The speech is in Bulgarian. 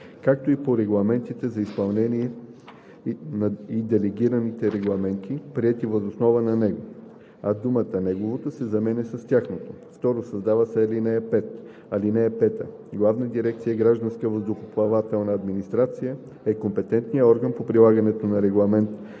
„както и по регламентите за изпълнение и делегираните регламенти, приети въз основа на него“, а думата „неговото“ се заменя с „тяхното“. 2. Създава се ал. 5: „(5) Главна дирекция „Гражданска въздухоплавателна администрация“ е компетентният орган по прилагането на Регламент